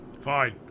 Fine